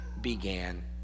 began